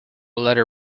letter